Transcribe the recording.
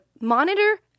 monitor